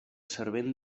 servent